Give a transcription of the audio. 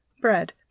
Bread